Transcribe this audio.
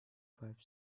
five